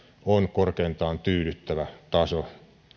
on korkeintaan tyydyttävä taso